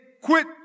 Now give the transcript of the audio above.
quit